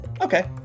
Okay